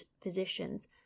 physicians